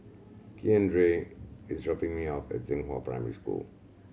Keandre is dropping me off at Zhenghua Primary School